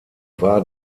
war